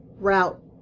route